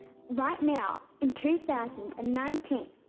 right now in two thousand and nineteen,